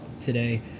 today